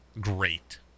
great